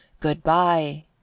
Goodbye